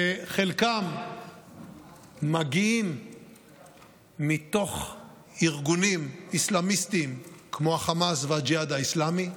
שחלקם מגיעים מתוך ארגונים אסלאמיסטיים כמו החמאס והג'יהאד האסלאמי,